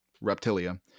Reptilia